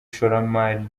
ishoramari